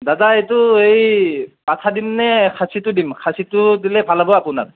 দাদা এইটো এই পাঠা দিম নে খাচিটো দিম খাচিটো দিলে ভাল হ'ব আপোনাক